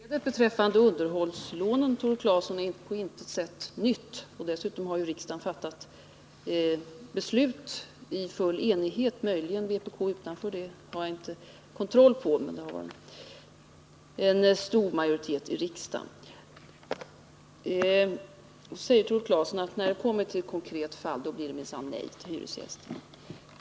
Herr talman! Beskedet beträffande underhållslånen är, Tore Claeson, på intet sätt något nytt. Dessutom har ju riksdagen fattat beslut i den här frågan i full enighet — jag har inte kunnat kontrollera om vpk möjligen stod utanför, men det var en stor majoritet i riksdagen för detta. Sedan säger Tore Claeson att när det kommer till ett konkret fall, då blir det minsann nej till hyresgästerna.